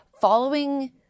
following